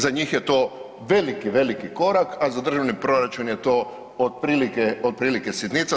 Za njih je to veliki, veliki korak a za državni proračun je to otprilike sitnica.